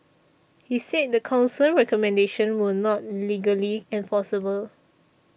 he said the Council's recommendations were not legally enforceable